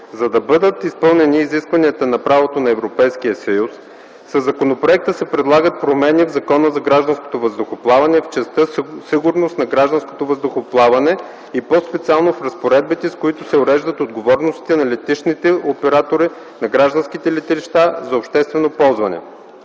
За да бъдат изпълнени изискванията на правото на Европейския съюз, със законопроекта се предлагат промени в Закона за гражданското въздухоплаване в частта „Сигурност на гражданското въздухоплаване” и по-специално в разпоредбите, с които се уреждат отговорностите на летищните оператори на гражданските летища за обществено ползване.